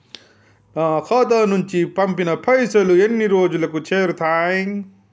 నా ఖాతా నుంచి పంపిన పైసలు ఎన్ని రోజులకు చేరుతయ్?